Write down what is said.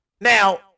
Now